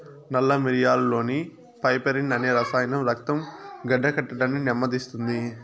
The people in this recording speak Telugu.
నల్ల మిరియాలులోని పైపెరిన్ అనే రసాయనం రక్తం గడ్డకట్టడాన్ని నెమ్మదిస్తుంది